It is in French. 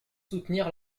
soutenir